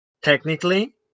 technically